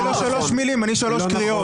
אני לא שלוש מילים, אני שלוש קריאות.